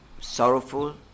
sorrowful